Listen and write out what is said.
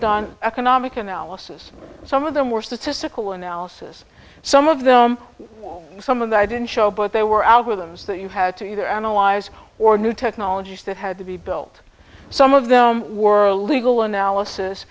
done economic analysis some of them were statistical analysis some of them some of i didn't show but they were algorithms that you had to either analyze or new technologies that had to be built some of them were legal analysis